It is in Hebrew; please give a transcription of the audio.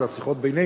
זה השיחות בינינו.